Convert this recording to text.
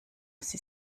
sie